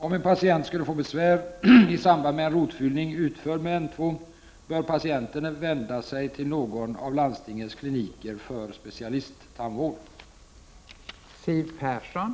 Om en patient skulle få besvär i samband med en rotfyllning utförd med N2 bör patienten vända sig till någon av landstingens kliniker för specialisttandvård.